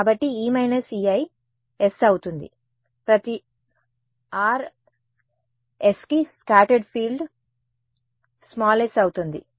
కాబట్టి E Ei s అవుతుంది ప్రతి r ∈ S కి స్కాటర్డ్ ఫీల్డ్ స్మాల్ s అవుతుంది